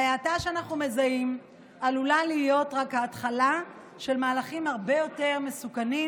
ההאטה שאנחנו מזהים עלולה להיות רק ההתחלה של מהלכים הרבה יותר מסוכנים,